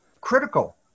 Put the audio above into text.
critical